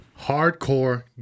hardcore